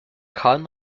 kahn